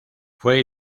fue